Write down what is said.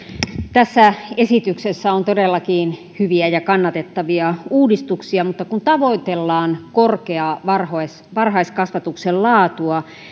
tässä esityksessä on todellakin hyviä ja kannatettavia uudistuksia mutta kun tavoitellaan korkeaa varhaiskasvatuksen laatua